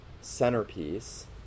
centerpiece